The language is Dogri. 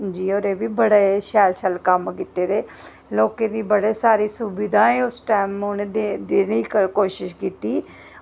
जी होरें बी बड़े शैल शैल कम्म कीते दे लोकें गी बड़ा सारी सुविधाएं उस टैम उ'नें देने दी कोशिश कीती